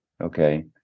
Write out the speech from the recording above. okay